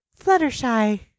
Fluttershy